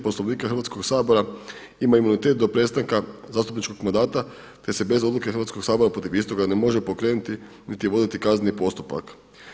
Poslovnika Hrvatskog sabora ima imunitet do prestanka zastupničkog mandata te se bez odluke Hrvatskog sabora protiv istoga ne može pokrenuti niti voditi kazneni postupak.